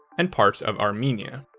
and parts of armenia.